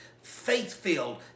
faith-filled